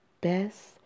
best